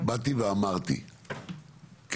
באתי ואמרתי,